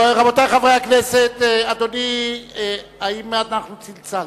רבותי חברי הכנסת, אדוני, האם אנחנו צלצלנו?